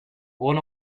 won